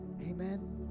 amen